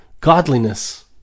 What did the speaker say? godliness